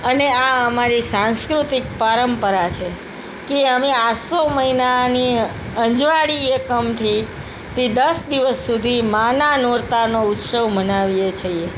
અને આ અમારી સાંસ્કૃતિક પરંપરા છે કે અમે આસો મહિનાની અજવાળી એકમથી તે દસ દિવસ સુધી માના નોરતાંનો ઉત્સવ મનાવીએ છીએ